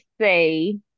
say